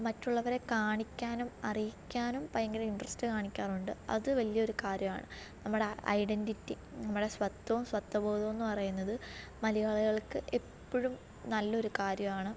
മറ്റുള്ളവരെ കാണിക്കാനും അറിയിക്കാനും ഭയങ്കര ഇൻട്രസ്റ്റ് കാണിക്കാറുണ്ട് അത് വല്യ ഒരു കാര്യമാണ് നമ്മുടെ ആ ഐഡൻറ്റിറ്റി നമ്മുടെ സ്വത്വവും സ്വത്വബോധമെന്ന് പറയുന്നത് മലയാളികൾക്ക് എപ്പോഴും നല്ലൊരു കാര്യമാണ്